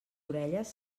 orelles